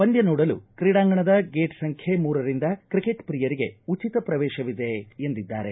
ಪಂದ್ಯ ನೋಡಲು ಕ್ರೀಡಾಂಗಣದ ಗೇಟ್ ಸಂಖ್ಯೆ ಮೂರರಿಂದ ಕ್ರಿಕೆಟ್ ಪ್ರಿಯರಿಗೆ ಉಚಿತ ಪ್ರವೇಶವಿದೆ ಎಂದಿದ್ದಾರೆ